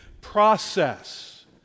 process